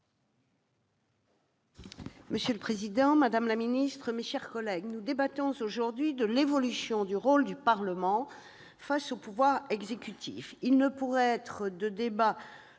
Monsieur le président, madame la garde des sceaux, mes chers collègues, nous débattons aujourd'hui de l'évolution du rôle du Parlement face au pouvoir exécutif. Il ne pourrait être de débat